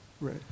right